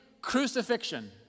crucifixion